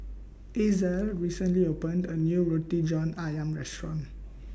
Ezell recently opened A New Roti John Ayam Restaurant